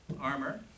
armor